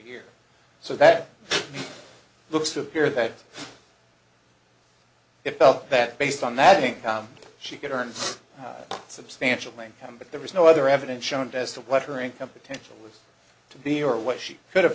year so that looks to appear that it felt that based on that income she could earn a substantial income but there was no other evidence showed as to what her income potential was to be or what she could